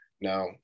now